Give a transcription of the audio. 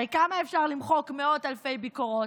הרי כמה אפשר למחוק מאות אלפי ביקורות?